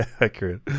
accurate